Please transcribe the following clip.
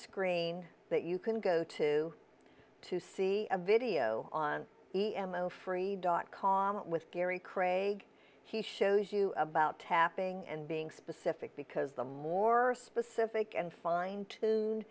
screen that you can go to to see a video on e m l free dot com with gary craig he shows you about tapping and being specific because the more specific and fine tuned